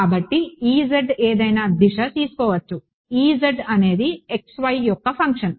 కాబట్టి ఏదైనా దిశ తీసుకోవచ్చు అనేది x y యొక్క ఫంక్షన్